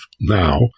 now